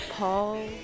Paul